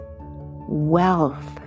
wealth